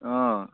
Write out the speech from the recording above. অঁ